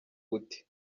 uti